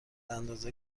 اندازه